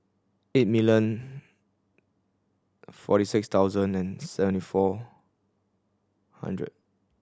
eight million forty six thousand and seventy four hundred